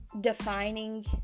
defining